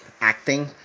acting